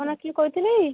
ଆପଣ କିଏ କହୁଥିଲେ କି